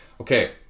Okay